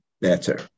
better